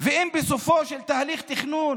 ואם בסופו של תהליך תכנון